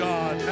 God